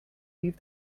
leave